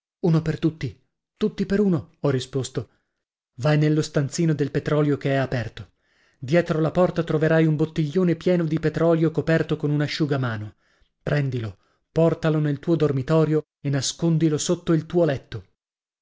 uno per tutti tutti per uno ho risposto vai nello stanzino del petrolio che è aperto dietro la porta troverai un bottiglione pieno di petrolio coperto con un asciugamano prendilo portalo nel tuo dormitorio e nascondilo sotto il tuo letto